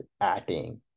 acting